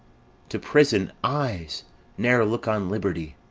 to prison, eyes ne'er look on liberty!